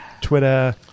Twitter